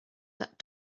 that